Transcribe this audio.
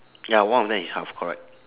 ya one of them is half correct